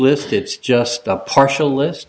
list it's just a partial list